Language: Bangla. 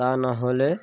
তা নাহলে